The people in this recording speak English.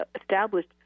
established